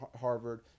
Harvard